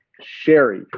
Sherry